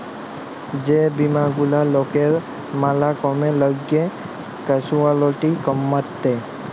যে বীমা গুলা লকের ম্যালা কামে লাগ্যে ক্যাসুয়ালটি কমাত্যে